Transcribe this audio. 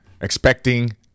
Expecting